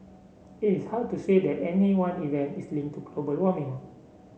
it is hard to say that any one event is linked to global warming